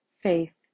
faith